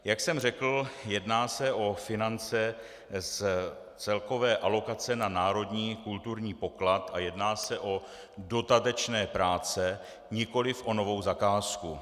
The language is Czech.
Jak jsem řekl, jedná se o finance z celkové alokace na národní kulturní poklad a jedná se o dodatečné práce, nikoliv o novou zakázku.